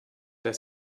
der